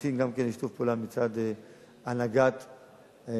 ממתין לשיתוף פעולה גם מצד הנהגת המגזר.